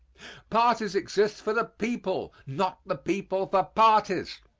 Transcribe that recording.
parties exist for the people not the people for parties.